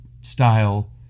style